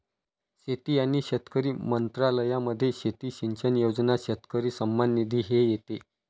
शेती आणि शेतकरी मंत्रालयामध्ये शेती सिंचन योजना, शेतकरी सन्मान निधी हे येते